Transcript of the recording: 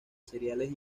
cereales